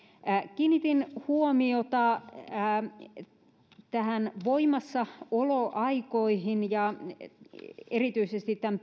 kiinnitin huomiota näihin voimassaoloaikoihin erityisesti tämän